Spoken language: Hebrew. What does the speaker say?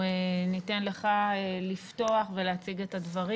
אנחנו ניתן לך לפתוח ולהציג את הדברים.